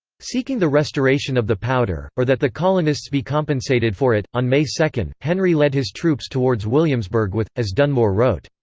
seeking the restoration of the powder, or that the colonists be compensated for it, on may two, henry led his troops towards williamsburg with, as dunmore wrote,